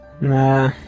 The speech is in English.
Nah